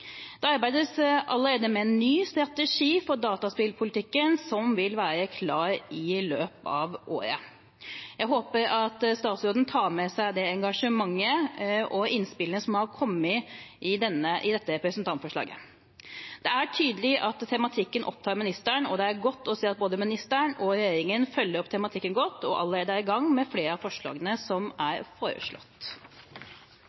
Det arbeides allerede med en ny strategi for dataspillpolitikken, som vil være klar i løpet av året. Jeg håper at statsråden tar med seg det engasjementet og de innspillene som er kommet i dette representantforslaget. Det er tydelig at tematikken opptar ministeren, og det er godt å se at både ministeren og regjeringen følger opp tematikken godt og allerede er i gang med flere av forslagene som er